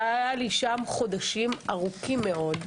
אבל היו לי שם חודשים ארוכים מאוד.